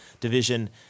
division